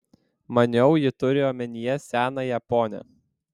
maniau ji turi omenyje senąją ponią